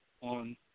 On